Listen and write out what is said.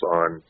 on